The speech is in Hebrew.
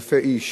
אלפי אנשים.